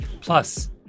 Plus